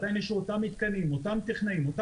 עדיין יש אותם מתקנים, אותם טכנאים.